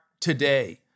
today